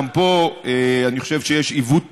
גם פה אני חושב שיש עיוות תקשורתי.